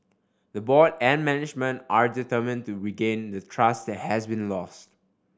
the board and management are determine to regain the trust that has been lost